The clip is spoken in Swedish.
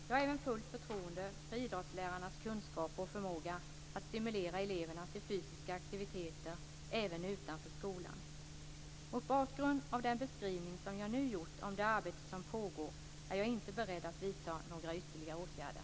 Jag har även fullt förtroende för idrottslärarnas kunskaper och förmåga att stimulera eleverna till fysiska aktiviteter även utanför skolan. Mot bakgrund av den beskrivning jag nu gjort om det arbete som pågår är jag inte beredd att vidta några ytterligare åtgärder.